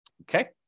okay